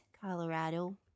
Colorado